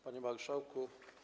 Panie Marszałku!